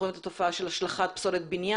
אנחנו רואים את התופעה של השלכת פסולת בניין,